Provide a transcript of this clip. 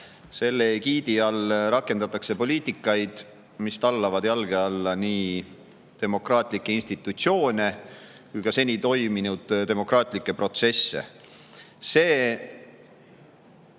sellega võidelda rakendatakse poliitikaid, mis tallavad jalge alla nii demokraatlikke institutsioone kui ka seni toiminud demokraatlikke protsesse.